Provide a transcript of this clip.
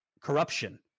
corruption